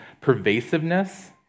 pervasiveness